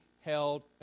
held